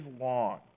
long